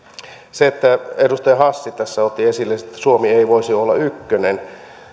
kun edustaja hassi tässä otti esille että suomi ei voisi olla ykkönen